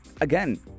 again